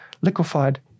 liquefied